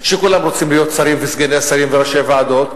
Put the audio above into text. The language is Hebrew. שכולם רוצים להיות שרים וסגני שרים ויושבי-ראש ועדות,